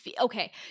okay